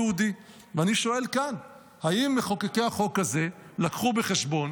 ואני שואל כאן: האם מחוקקי החוק הזה לקחו בחשבון